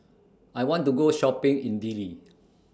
I want to Go Shopping in Dili